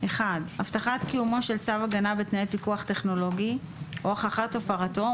הבטחת קיומו של צו הגנה בתנאי פיקוח טכנולוגי או הוכחת הפרתו,